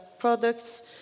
Products